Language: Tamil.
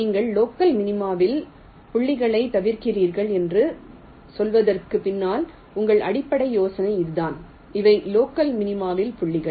நீங்கள் லோக்கல் மினிமாவில் புள்ளிகளைத் தவிர்க்கிறீர்கள் என்று சொல்வதற்குப் பின்னால் உள்ள அடிப்படை யோசனை இதுதான் இவை லோக்கல் மினிமாவில் புள்ளிகள்